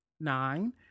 Nine